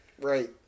Right